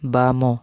ବାମ